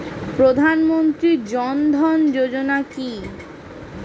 প্রধানমন্ত্রী জনধন যোজনা কি?